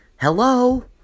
Hello